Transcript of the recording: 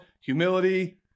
humility